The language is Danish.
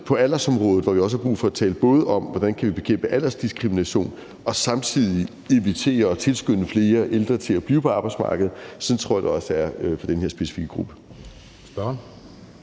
på aldersområdet, hvor vi også både har brug for at tale om, hvordan vi kan bekæmpe aldersdiskrimination, og samtidig invitere og tilskynde flere ældre til at blive på arbejdsmarkedet. Kl. 19:26 Anden næstformand (Jeppe Søe):